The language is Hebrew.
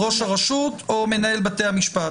ראש הרשות או מנהל בתי המשפט?